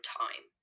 time